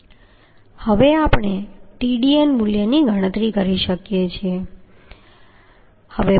હવે આપણે Tdn મૂલ્યની ગણતરી કરી શકીએ છીએ